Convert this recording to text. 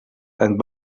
and